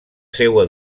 seua